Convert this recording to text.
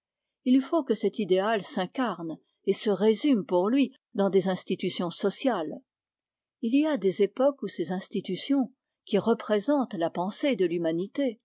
il faut que cet idéal s'incarne et se résume pour lui dans des institutions sociales il y a des époques où ces institutions qui représentent la pensée de